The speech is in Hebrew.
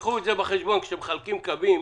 תיקחו בחשבון כשאתם מחלקים קווים